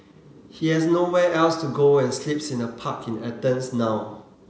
he has nowhere else to go and sleeps in a park in Athens now